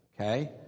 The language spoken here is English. okay